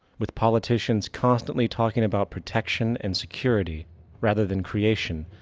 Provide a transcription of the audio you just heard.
with politicians constantly talking about protection and security rather than creation,